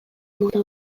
mota